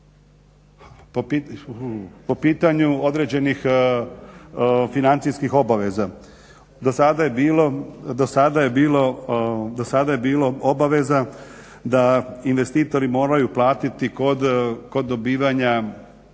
po pitanju određenih financijskih obaveza. Dosada je bilo obaveza da investitori moraju platiti kod dobivanja